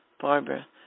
Barbara